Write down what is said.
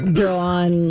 dawn